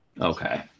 Okay